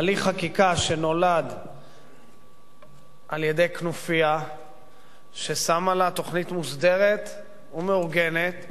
הליך חקיקה שנולד על-ידי כנופיה ששמה לה תוכנית מוסדרת ומאורגנת: